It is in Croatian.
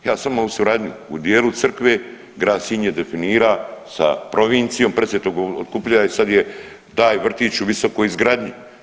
Ja samo suradnju u dijelu crkve grad Sinj je definira sa provincijom Presvetog Otkupitelja i sad je taj vrtić u visokoj izgradnji.